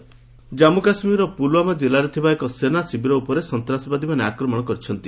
JK attack Jammu Kashmir Pulwama ଜିଲ୍ଲାରେ ଥିବା ଏକ ସେନା ଶିବିର ଉପରେ ସନ୍ତାସବାଦୀମାନେ ଆକ୍ରମଣ କରିଛନ୍ତି